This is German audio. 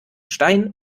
stein